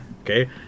Okay